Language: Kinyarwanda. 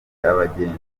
abagenzi